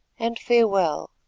and farewell.